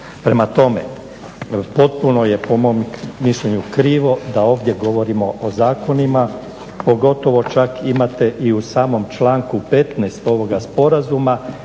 Prema tome, potpuno je po mom mišljenju krivo da ovdje govorimo o zakonima, pogotovo imate čak i u samom članku 15.ovog sporazuma